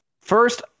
First